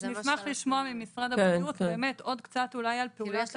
נשמח לשמוע ממשרד הבריאות באמת עוד קצת אולי על פעולת הוועדות.